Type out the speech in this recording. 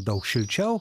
daug šilčiau